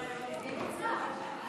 אבל היא סגנית שר.